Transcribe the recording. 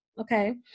okay